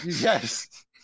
Yes